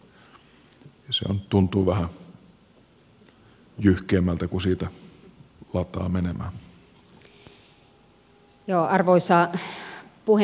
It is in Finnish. se tuntuu vähän jyhkeämmältä kun siitä lataa menemään